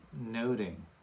noting